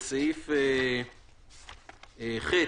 בסעיף (1)(ח)